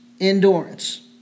endurance